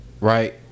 right